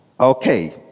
Okay